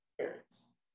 parents